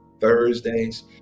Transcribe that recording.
Thursdays